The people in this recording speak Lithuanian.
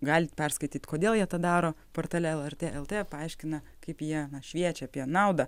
galit perskaityt kodėl jie tą daro portale lrt lt paaiškina kaip jie na šviečia apie naudą